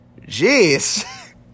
Jeez